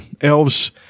elves